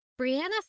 Brianna